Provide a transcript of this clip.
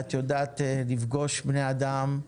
ואת יודעת לפגוש בני אדם,